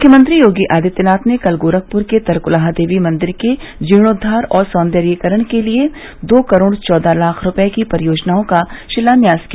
मुख्यमंत्री योगी आदित्यनाथ ने कल ही गोरखपुर के तरकुलहा देवी मंदिर के जीर्णोद्वार और सौन्दर्यीकरण के लिए दो करोड चौदह लाख रूपये की परियोजनाओं का शिलान्यास किया